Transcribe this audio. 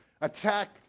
attack